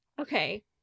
okay